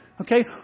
Okay